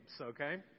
okay